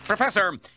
Professor